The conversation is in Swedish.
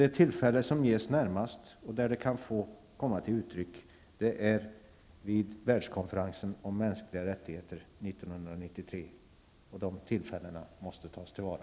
Det tillfälle som ges närmast där detta kan få komma till uttryck är världskonferensen om mänskliga rättigheter 1993, och det tillfället måste tas till vara.